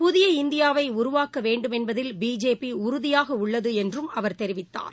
புதிய இந்தியாவை உருவாக்க வேண்டும் என்பதில் பிஜேபி உறுதியாக உள்ளது என்றும் அவர் தெரிவித்தார்